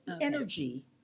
energy